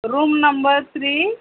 room number three